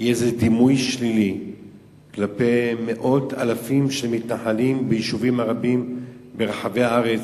יהיה דימוי שלילי כלפי מאות אלפים של מתנחלים ביישובים רבים ברחבי הארץ,